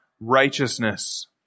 righteousness